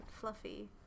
fluffy